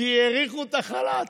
כי האריכו את החל"ת.